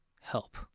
help